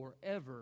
forever